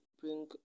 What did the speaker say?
bring